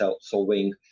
solving